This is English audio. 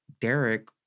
Derek